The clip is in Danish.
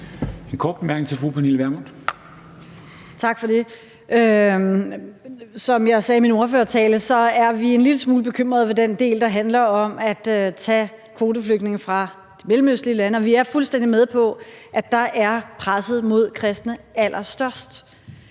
Vermund. Kl. 19:11 Pernille Vermund (NB): Tak for det. Som jeg sagde i min ordførertale, er vi en lille smule bekymrede ved den del, der handler om at tage kvoteflygtninge fra de mellemøstlige lande. Og vi er fuldstændig med på, at dér er presset mod kristne allerstørst.